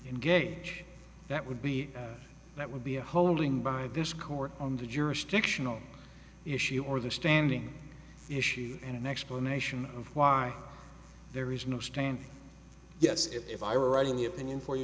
engage that would be that would be a holding by this court on the jurisdictional issue or the standing issue and an explanation of why there is no standing yes if i were writing the opinion for you